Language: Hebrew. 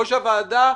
או שהוועדה,